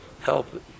help